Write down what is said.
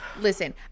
Listen